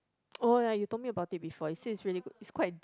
oh ya you told me about it before you say is really good is quite